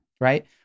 right